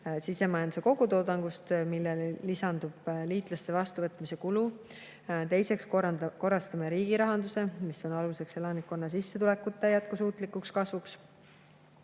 sisemajanduse kogutoodangust, millele lisandub liitlaste vastuvõtmise kulu. Teiseks korrastame riigirahanduse, mis on aluseks elanikkonna sissetulekute jätkusuutlikuks kasvuks.